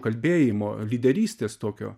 kalbėjimo lyderystės tokio